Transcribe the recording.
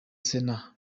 sena